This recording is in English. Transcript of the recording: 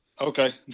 Okay